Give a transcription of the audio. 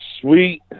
Sweet